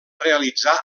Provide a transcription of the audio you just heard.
realitzar